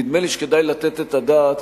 נדמה לי שכדאי לתת את הדעת